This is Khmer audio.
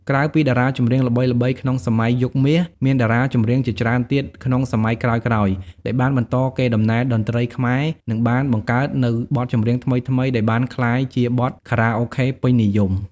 ក្រៅពីតារាចម្រៀងល្បីៗក្នុងសម័យយុគមាស មានតារាចម្រៀងជាច្រើនទៀតក្នុងសម័យក្រោយៗដែលបានបន្តកេរដំណែលតន្ត្រីខ្មែរនិងបានបង្កើតនូវបទចម្រៀងថ្មីៗដែលបានក្លាយជាបទខារ៉ាអូខេពេញនិយម។